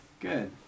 Good